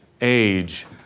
age